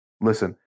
Listen